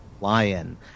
Lion